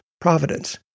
providence